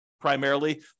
primarily